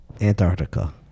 Antarctica